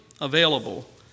available